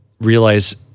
realize